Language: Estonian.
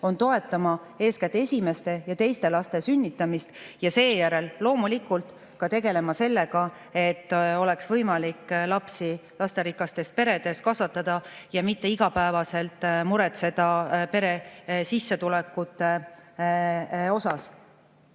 on eeskätt esimeste ja teiste laste sünnitamise toetamine ja seejärel loomulikult peame tegelema sellega, et oleks võimalik lapsi lasterikastes peredes kasvatada ja mitte igapäevaselt muretseda pere sissetulekute pärast.